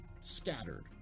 scattered